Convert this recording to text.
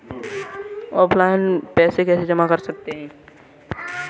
Offline रुपये कैसे जमा कर सकते हैं?